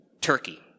Turkey